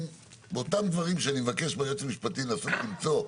באותם דברים שאני מבקש מהיועץ המשפטי לנסות למצוא,